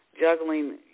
juggling